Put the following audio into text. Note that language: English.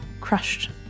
crushed